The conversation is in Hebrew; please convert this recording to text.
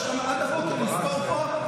יש לך עד הבוקר לספור פה,